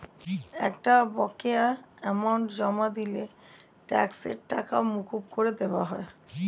একটা বকেয়া অ্যামাউন্ট জমা দিলে ট্যাক্সের টাকা মকুব করে দেওয়া হয়